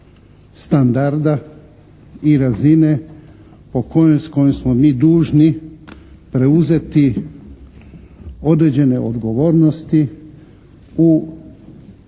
standarda i razine s kojom smo mi dužni preuzeti određene odgovornosti u